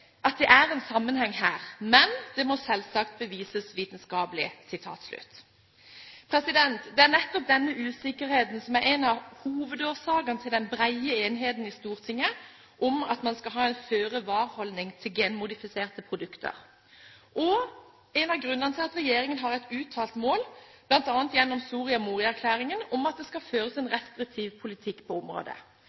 at det er en sammenheng her, men det må selvsagt bevises vitenskapelig.» Det er nettopp denne usikkerheten som er en av hovedårsakene til den brede enigheten i Stortinget om at man skal ha en føre-var-holdning til genmodifiserte produkter, og en av grunnene til at regjeringen har et uttalt mål, bl.a. gjennom Soria Moria-erklæringen, om at det skal føres en restriktiv politikk på området.